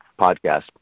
podcast